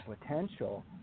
potential